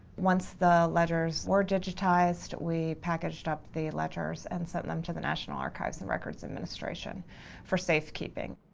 once the ledgers were digitized we packaged up the ledgers and sent them to the national archives and records administration for safekeeping.